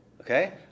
okay